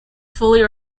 fully